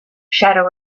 shadow